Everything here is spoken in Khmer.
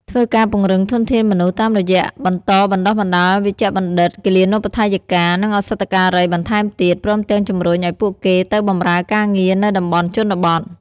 ធ្វើការពង្រឹងធនធានមនុស្ស តាមរយះបន្តបណ្ដុះបណ្ដាលវេជ្ជបណ្ឌិត គិលានុបដ្ឋាយិកា និងឱសថការីបន្ថែមទៀត ព្រមទាំងជំរុញឱ្យពួកគេទៅបម្រើការងារនៅតំបន់ជនបទ។